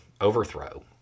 overthrow